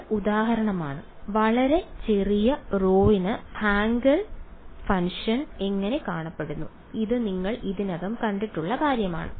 ഇത് ഉദാഹരണമാണ് വളരെ ചെറിയ ρ ന് ഹാങ്കെൽ ഫംഗ്ഷൻ എങ്ങനെ കാണപ്പെടുന്നു ഇത് നിങ്ങൾ ഇതിനകം കണ്ടിട്ടുള്ള കാര്യമാണ്